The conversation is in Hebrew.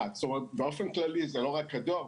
באופן כללי זה לא רק הדואר,